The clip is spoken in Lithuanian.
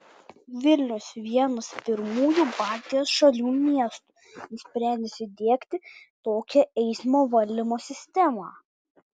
vilnius vienas pirmųjų baltijos šalių miestų nusprendęs įdiegti tokią eismo valdymo sistemą